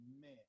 man